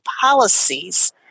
policies